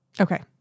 Okay